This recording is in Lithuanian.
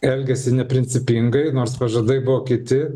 elgiasi neprincipingai nors pažadai buvo kiti